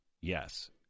Yes